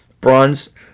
bronze